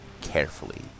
Carefully